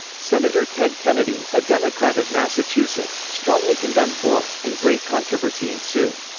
senator ted kennedy, a democrat of massachusetts, strongly condemned bork, and great controversy ensued.